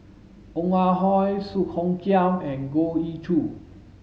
Ong Ah Hoi Song Hoot Kiam and Goh Ee Choo